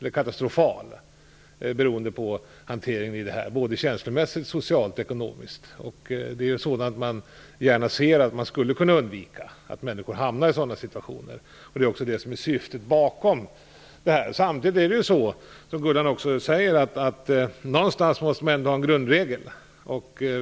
eller katastrofal situation, såväl känslomässigt och socialt som ekonomiskt, beroende på hanteringen av dessa fall. Jag ser gärna att man kan undvika att människor hamnar i sådana situationer. Det är också det som är syftet med vårt arbete. Men, som Gullan Lindblad säger, måste det finnas en grundregel.